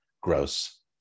gross